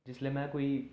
जिसलै मैं कोई